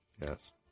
Yes